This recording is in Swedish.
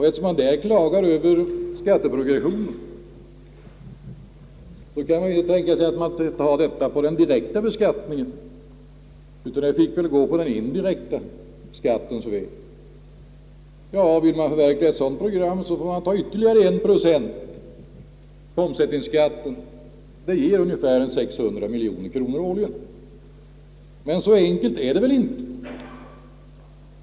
Eftersom folk klagar över skatteprogressionen kan man inte tänka sig att ta ut pengarna med den direkta beskattningen, utan man finge väl gå på den indirekta skattens väg. Vill man förverkliga ett sådant program, får man höja omsättningsskatten med ytterligare 1 procent, som ger ungefär 600 miljoner kronor årligen. Men så enkelt är det inte.